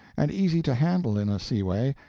and easy to handle in a seaway,